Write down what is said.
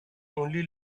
only